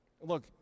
Look